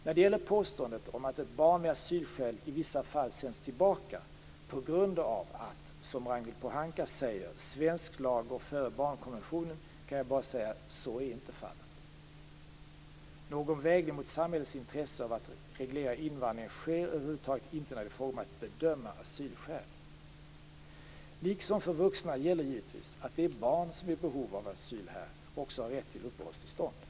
När det gäller påståendet om att ett barn med asylskäl i vissa fall sänds tillbaka på grund av att, som Ragnhild Pohanka säger, svensk lag går före barnkonventionen, kan jag bara säga att så inte är fallet. Någon vägning mot samhällets intresse av att reglera invandringen sker över huvud taget inte när det är fråga om att bedöma asylskäl. Liksom för vuxna gäller naturligtvis att det barn som är i behov av asyl här också har rätt till uppehållstillstånd.